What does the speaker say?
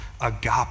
agape